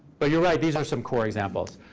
but you're right, these are some core examples.